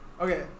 Okay